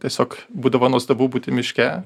tiesiog būdavo nuostabu būti miške